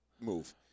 move